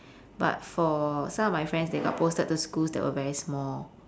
but for some of my friends they got posted to schools that were very small